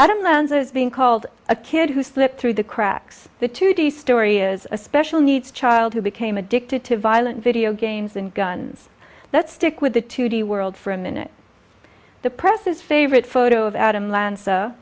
adam lanza's being called a kid who slipped through the cracks the to the story is a special needs child who became addicted to violent video games and guns let's stick with the to the world for a minute the press's favorite photo of adam lan